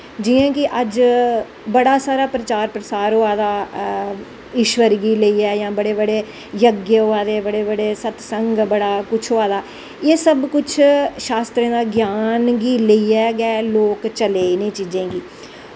जियां कि अज्ज बड़ा सारा प्रचार प्रसार होआ दा इश्वर गी लेइयै जां बड़े बड़े जग होआ दे बड़ा संग संग कुश कुश एह् सब कुश शास्त्रें दा ग्यान गी लेइयै लोग चले न इनें चीज़ें गी